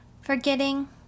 forgetting